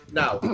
now